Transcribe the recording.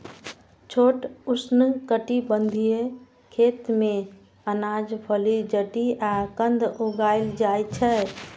छोट उष्णकटिबंधीय खेत मे अनाज, फली, जड़ि आ कंद उगाएल जाइ छै